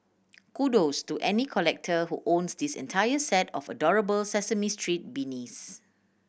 kudos to any collector who owns this entire set of adorable Sesame Street beanies